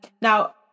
Now